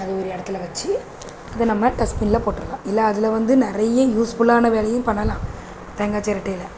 அது ஒரு இடத்துல வச்சு அதை நம்ம டஸ்ட்பினில் போட்ரலாம் இல்லை அதில்வந்து நிறைய யூஸ்ஃபுல்லான வேலையும் பண்ணலாம் தேங்காய் சிரட்டையில்